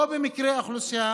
לא במקרה של האוכלוסייה